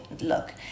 look